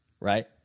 right